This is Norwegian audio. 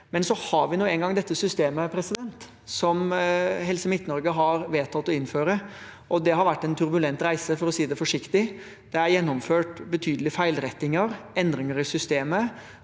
til. Så har vi nå engang dette systemet som Helse MidtNorge har vedtatt å innføre, og det har vært en turbulent reise, for å si det forsiktig. Det er gjennomført betydelige feilrettinger og endringer i systemet.